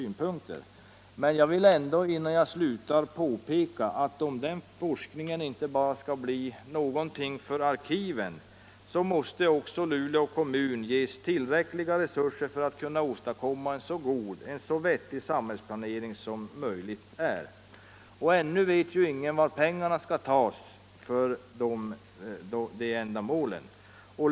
Men jag vill ändå innan jag slutar påpeka, att om den forskningen inte bara skall bli något för arkiven, måste Luleå kommun också ges tillräckliga resurser för att kunna åstadkomma en så god och vettig samhällsplanering som möjligt är. Ännu vet ingen var pengarna till detta ändamål skall tas.